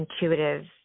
intuitive